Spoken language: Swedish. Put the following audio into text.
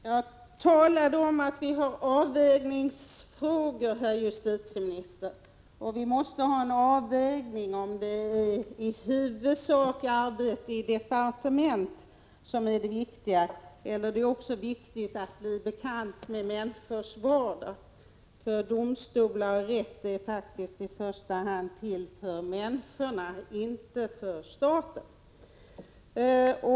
Fru talman! Jag sade att det finns avvägningsfrågor, herr justitieminister, och vi måste ha en avvägning av om det är i huvudsak arbete i departement som är det viktiga eller om det också är viktigt att bli bekant med människors vardag. Domstolar och rätt är faktiskt i första hand till för människor, inte för staten.